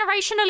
generationally